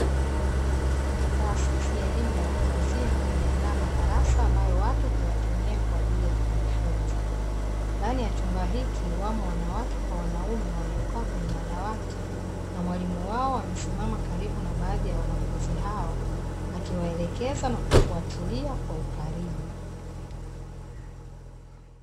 Taasisi ya elimu ya watu wazima imeandaa madarasa ambayo watu huyatumia kwa ajili ya kujifunza. ndani ya chumba hiki wamo wanawake kwa wanaume waliokaa kwenye madawati, na mwalimu wao amesimama karibu na baadhi ya wanafunzi hao akiwaelekeza na kufuatilia kwa ukaribu.